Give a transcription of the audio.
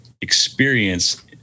experience